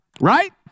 right